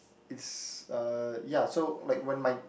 it's uh ya so like when my